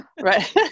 Right